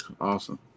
Awesome